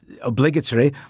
obligatory